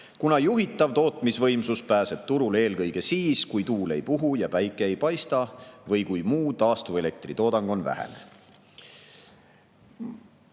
kuna juhitav tootmisvõimsus pääseb turule eelkõige siis, kui tuul ei puhu ja päike ei paista või kui muu taastuva elektri toodang on vähene. See